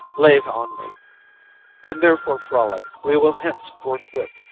lay it on me and therefore frolic we will hence forthwith,